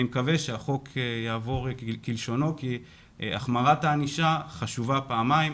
אני מקווה שהחוק יעבור כלשונו כי החמרת הענישה חשובה פעמיים,